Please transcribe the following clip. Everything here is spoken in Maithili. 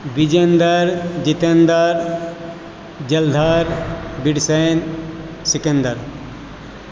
बिजेन्द्र जितेन्द्र जलधर बिरसैन सिकंदर